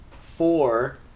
four